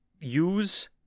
Use